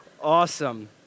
awesome